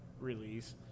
release